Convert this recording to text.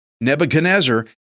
Nebuchadnezzar